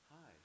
Hi